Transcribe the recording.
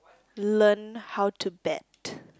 learn how to bet